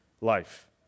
life